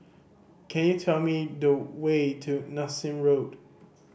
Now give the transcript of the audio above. can you tell me the way to Nassim Road